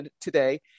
today